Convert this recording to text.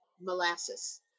molasses